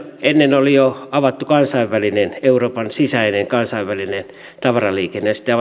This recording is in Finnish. ennen oli jo avattu euroopan sisäinen kansainvälinen tavaraliikenne ja